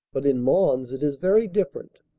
but in mons it is very different.